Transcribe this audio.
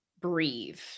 breathe